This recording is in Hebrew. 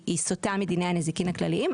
היא סוטה מדיני הנזיקין הכללים.